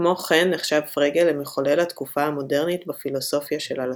כמו כן נחשב פרגה למחולל התקופה המודרנית בפילוסופיה של הלשון.